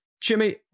jimmy